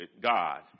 God